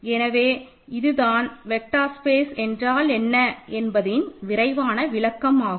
எனவே இதுதான் vector space என்றால் என்பதன் விரைவான விளக்கம் ஆகும்